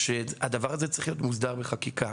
הדבר הזה צריך להיות מוסדר בחקיקה.